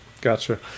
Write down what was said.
Gotcha